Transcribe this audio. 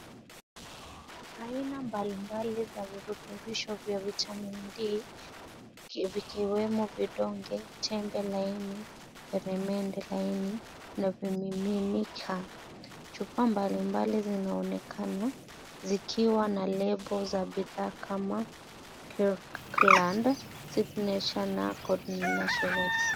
Aina mbalimbali za virutubisho vya vitamin d vikiwemo vidonge, tembe laini, peremende laini na vimiminicha. Chupa mbalimbali zinaonekana, zikiwa na lebo za bidhaa kama KirkLand, Nordic Naturals .